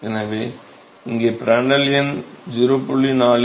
எனவே இங்கே பிராண்ட்ட்ல் எண் 0